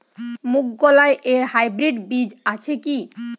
মুগকলাই এর হাইব্রিড বীজ আছে কি?